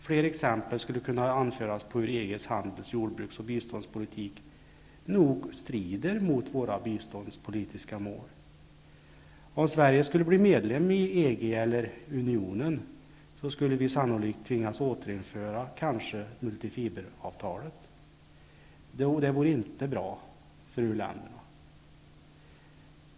Fler exempel skulle kunna anföras på hur EG:s handels-, jordbruks och biståndspolitik nog strider mot våra biståndspolitiska mål. Om Sverige skulle bli medlem i EG, så skulle vi sannolikt tvingas återinföra multifiberavtalet, vilket inte vore särskilt u-landsvänligt.